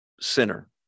sinner